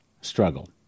struggle